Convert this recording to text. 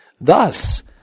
Thus